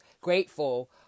grateful